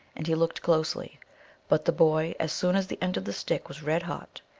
and he looked closely but the boy, as soon as the end of the stick was red-hot,